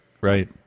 right